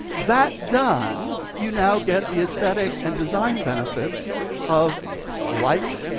that done, you now get the aesthetic and design benefits of light,